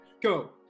go